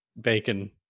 Bacon